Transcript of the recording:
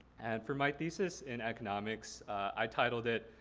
and for my thesis in economics i titled it,